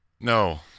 No